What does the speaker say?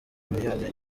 miliyoni